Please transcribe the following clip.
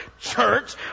church